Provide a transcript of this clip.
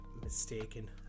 mistaken